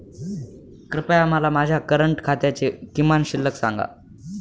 कृपया मला माझ्या करंट खात्याची किमान शिल्लक सांगा